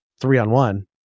three-on-one